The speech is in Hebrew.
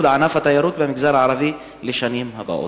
ענף התיירות במגזר הערבי לשנים הבאות?